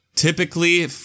Typically